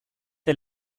der